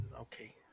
Okay